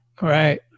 Right